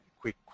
quick